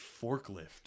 forklift